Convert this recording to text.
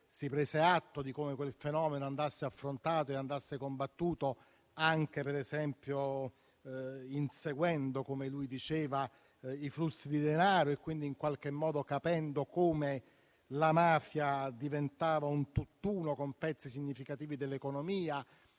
Si prese atto di come quel fenomeno andasse affrontato e combattuto, anche inseguendo - come lui diceva - i flussi di denaro e quindi capendo come la mafia diventava un tutt'uno con pezzi significativi dell'economia